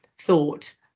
thought